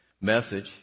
message